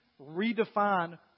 redefine